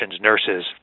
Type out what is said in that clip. nurses